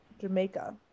Jamaica